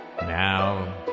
Now